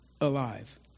alive